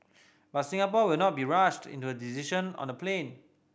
but Singapore will not be rushed into decision on the plane